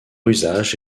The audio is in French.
usage